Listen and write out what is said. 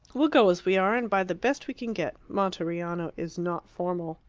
we'll go as we are, and buy the best we can get. monteriano is not formal.